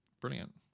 Brilliant